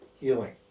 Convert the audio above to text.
healing